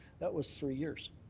that was three years.